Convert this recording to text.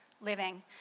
living